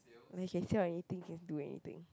like you can sell anything you can do anything